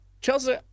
Chelsea